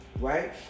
right